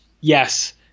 Yes